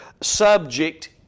subject